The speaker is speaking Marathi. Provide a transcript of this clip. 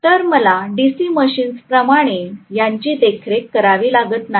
तर मला डीसी मशीन्स प्रमाणे यांची देखरेख करावी लागत नाही